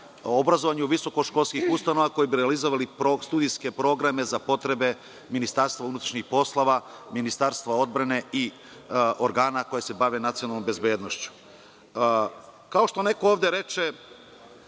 obrazovanju visokoškolskih ustanova koje bi realizovali studijske programe za potrebe Ministarstva unutrašnjih poslova, Ministarstva odbrane i organa koji se bave nacionalnom bezbednošću. Kao što neko ovde reče,